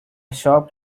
shop